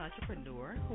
entrepreneur